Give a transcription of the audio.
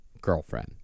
girlfriend